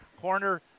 corner